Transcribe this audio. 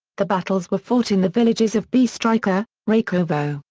the battles were fought in the villages of bistrica, rakovo,